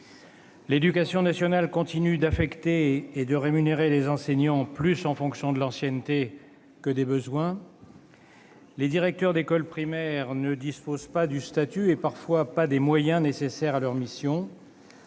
L'éducation nationale continue d'affecter et de rémunérer les enseignants en fonction plus de l'ancienneté que des besoins. Les directeurs d'école primaire ne disposent pas du statut et parfois des moyens nécessaires à leur mission.